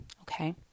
okay